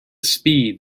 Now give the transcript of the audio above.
speed